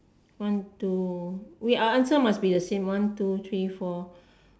one two wait our answer must be the same one two three four